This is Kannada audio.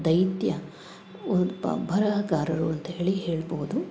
ದೈತ್ಯ ಒಬ್ಬ ಬರಹಗಾರರು ಅಂತ ಹೇಳಿ ಹೇಳ್ಬೋದು